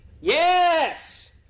Yes